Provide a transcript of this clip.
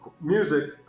Music